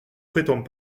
prétends